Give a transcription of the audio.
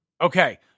Okay